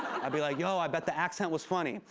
i'll be like, yo, i bet the accent was funny.